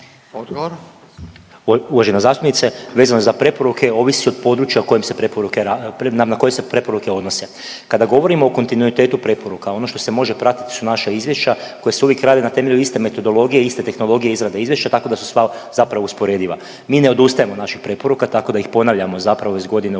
Darijo** Uvažena zastupnice. Vezano za preporuke ovisi od područja o kojem se preporuke na koje se preporuke odnose. Kada govorimo o kontinuitetu preporuka ono što se može pratiti su naša izvješća koja se uvijek rade na temelju iste metodologije, iste tehnologije izrade izvješća tako da su sva zapravo usporediva. Mi ne odustajemo od naših preporuka tako da ih ponavljamo iz godine u godinu